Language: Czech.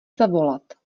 zavolat